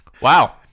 wow